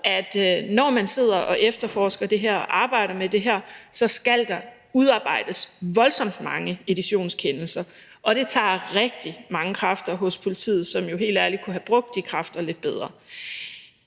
at når man sidder og efterforsker det her og arbejder med det her, så skal der udarbejdes voldsomt mange editionskendelser, og det tager rigtig mange kræfter hos politiet, som jo helt ærligt kunne have brugt de kræfter lidt bedre.